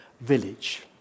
village